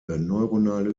neuronale